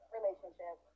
relationship